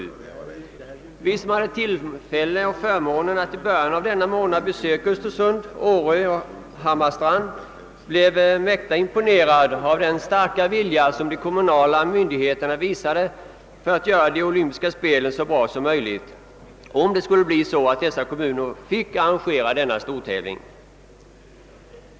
De utskottsledamöter som hade tillfälle att i början av förra månaden besöka Östersund, åre och Hammarstrand blev mäkta imponerade av den starka vilja som de kommunala myndigheterna visade att göra de olympiska spelen så bra som möjligt, om kommunerna fick arrangera dessa stortävlingar.